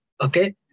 Okay